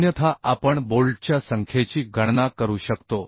अन्यथा आपण बोल्टच्या संख्येची गणना करू शकतो